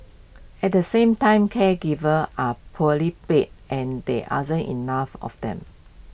at the same time caregivers are poorly paid and the other enough of them